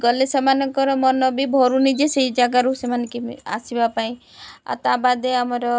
ଗଲେ ସେମାନଙ୍କର ମନ ବି ଭରୁ ନିଜେ ସେଇ ଜାଗାରୁ ସେମାନେ କେମ ଆସିବା ପାଇଁ ଆଉ ତା ବାଦେ ଆମର